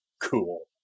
cool